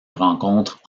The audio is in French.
rencontrent